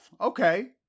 Okay